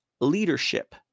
Leadership